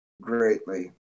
greatly